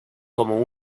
como